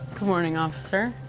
good morning, officer.